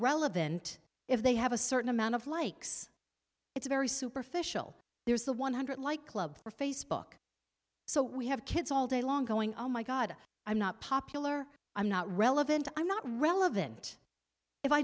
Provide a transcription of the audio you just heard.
relevant if they have a certain amount of likes it's very superficial there's the one hundred like club or facebook so we have kids all day long going oh my god i'm not popular i'm not relevant i'm not relevant if i